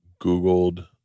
Googled